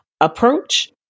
approach